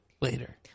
Later